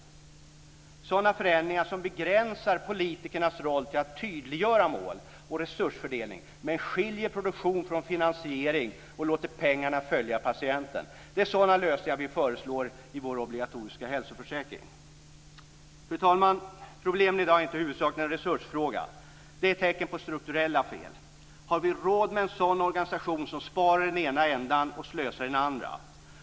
Det handlar om sådana förändringar som begränsar politikernas roll till att de ska tydliggöra mål och resursfördelning men skiljer produktion från finansiering och låter pengarna följa patienten. Det är sådana lösningar som vi föreslår i vår obligatoriska hälsoförsäkring. Fru talman! I dag är inte problemen huvudsakligen en resursfråga. De är tecken på strukturella fel. Har vi råd med en organisation som sparar i den ena ändan och slösar i den andra?